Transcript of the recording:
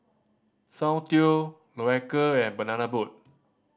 Soundteoh Loacker and Banana Boat